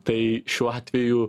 tai šiuo atveju